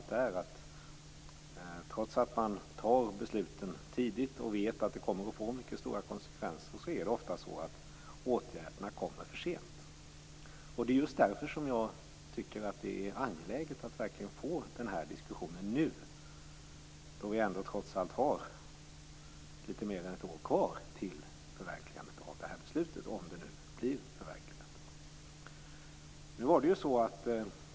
Trots att besluten fattas tidigt och man vet att det blir stora konsekvenser vidtas åtgärderna för sent. Det är därför jag tycker att det är angeläget att diskussionen påbörjas nu. Det är ändå litet mer än ett år kvar till förverkligandet av beslutet - om det nu blir ett förverkligande.